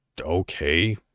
okay